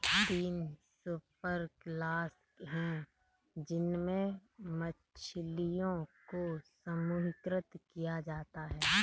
तीन सुपरक्लास है जिनमें मछलियों को समूहीकृत किया जाता है